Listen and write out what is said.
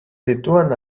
situen